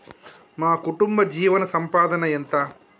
మా కుటుంబ జీవన సంపాదన ఎంత?